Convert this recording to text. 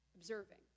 observing